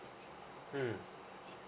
mm